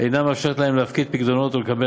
אינה מאפשרת להם להפקיד פיקדונות או לקבל